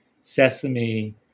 Sesame